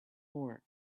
more